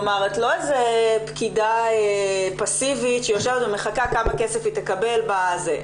כלומר את לא איזה פקידה פסיבית שיושבת ומחכה כמה כסף היא תקבל בזה,